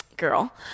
girl